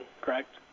Correct